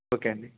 okay అండీ